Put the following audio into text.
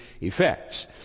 effects